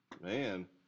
Man